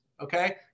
Okay